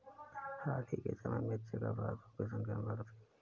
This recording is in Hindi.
हाल ही के समय में चेक अपराधों की संख्या में बढ़ोतरी हुई है